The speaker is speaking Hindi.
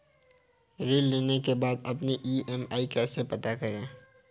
ऋण लेने के बाद अपनी ई.एम.आई कैसे पता करें?